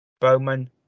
Bowman